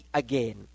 again